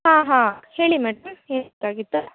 ಹಾಂ ಹಾಂ ಹೇಳಿ ಮೇಡಮ್ ಏನು ಬೇಕಾಗಿತ್ತು